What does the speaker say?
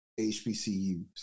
HBCUs